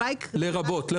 לרבות.